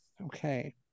okay